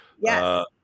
Yes